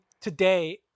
today